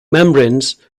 membranes